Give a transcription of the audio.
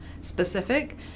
specific